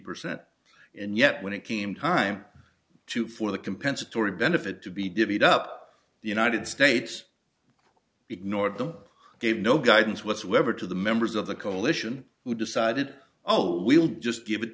percent and yet when it came time to for the compensatory benefit to be divvied up the united states big north of them gave no guidance whatsoever to the members of the coalition who decided oh we'll just give it